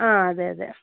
ആ അതെ അതെ